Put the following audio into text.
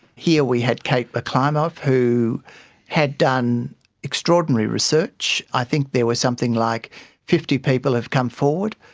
here we had kate mcclymont who had done extraordinary research. i think there was something like fifty people have come forward,